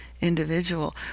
individual